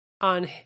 on